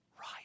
right